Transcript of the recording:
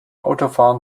autofahren